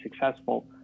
successful